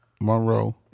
Monroe